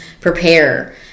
prepare